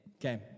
Okay